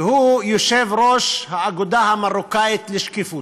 והוא יושב-ראש האגודה המרוקאית לשקיפות.